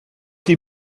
die